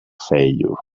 failure